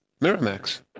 Miramax